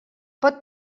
pot